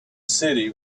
city